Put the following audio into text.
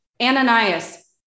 Ananias